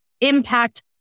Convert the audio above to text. impact